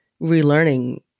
relearning